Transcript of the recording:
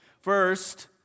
First